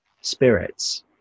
spirits